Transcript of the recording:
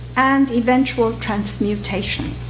and eventual transmutation.